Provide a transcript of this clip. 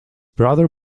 brother